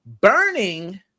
burning